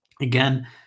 again